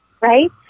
right